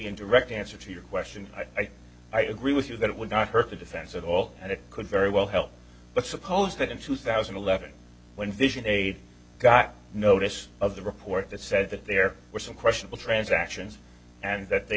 in direct answer to your question i think i agree with you that it would not hurt the defense at all and it could very well help but suppose that in two thousand and eleven when vision a got notice of the report that said that there were some questionable transactions and that they